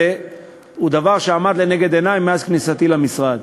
היא דבר שעמד לנגד עיני מאז כניסתי למשרד.